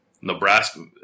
Nebraska